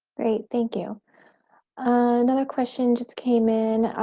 great thank you another question just came in.